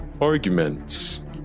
arguments